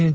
N